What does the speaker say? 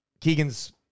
Keegan's